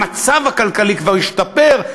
המצב הכלכלי כבר השתפר,